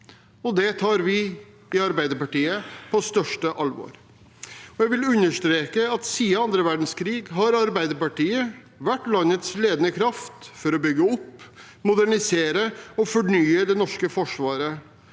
Det tar vi i Arbeiderpartiet på største alvor. Jeg vil understreke at Arbeiderpartiet har vært landets ledende kraft for å bygge opp, modernisere og fornye det norske forsvaret